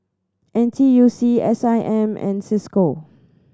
N T U C S I M and Cisco